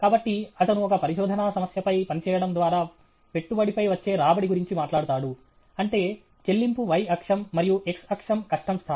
కాబట్టి అతను ఒక పరిశోధనా సమస్యపై పనిచేయడం ద్వారా పెట్టుబడిపై వచ్చే రాబడి గురించి మాట్లాడుతాడు అంటే చెల్లింపు y అక్షం మరియు x అక్షం కష్టం స్థాయి